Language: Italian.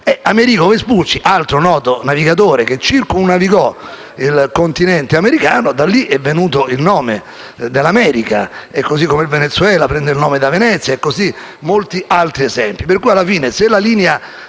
da Amerigo Vespucci, altro noto navigatore che circumnavigò il Continente americano. Da lì è venuto il nome dell'America, così come il Venezuela prende il nome da Venezia e potrei citare molti altri esempi.